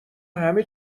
همه